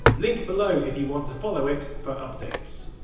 link below if you want to follow it for updates.